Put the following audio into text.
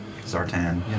Zartan